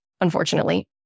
unfortunately